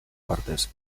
partes